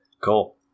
Cool